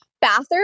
bathroom